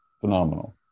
Phenomenal